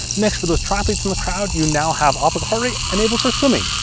next for those triathletes in the crowd, you now have optical heart rate enabled for swimming.